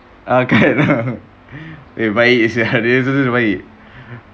baik [sial] betul-betul dia baik